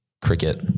Cricket